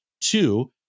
Two